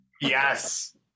Yes